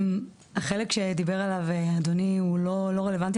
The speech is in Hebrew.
החלק שדיבר עליו אדוני, הוא לא רלוונטי,